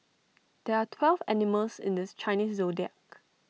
there are twelve animals in this Chinese Zodiac